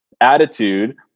Attitude